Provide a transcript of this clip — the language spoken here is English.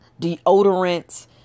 deodorants